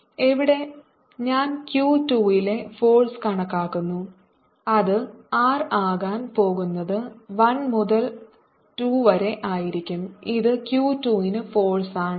എവിടെ ഞാൻ Q 2 ലെ ഫോഴ്സ് കണക്കാക്കുന്നു അത് r ആകാൻ പോകുന്നത് 1 മുതൽ 2 വരെ ആയിരിക്കും ഇത് Q 2 ന് ഫോഴ്സ് ആണ്